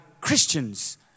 Christians